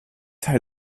teil